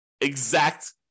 exact